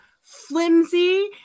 flimsy